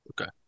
Okay